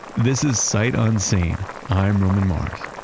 this is sight unseen. i'm roman mars.